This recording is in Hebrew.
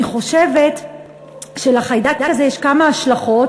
אני חושבת שלחיידק הזה יש כמה השלכות,